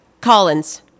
Collins